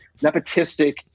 nepotistic